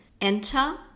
enter